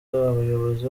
abayobozi